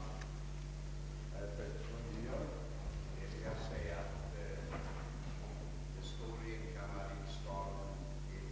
otvivelaktigt innebära en sådan försvagning.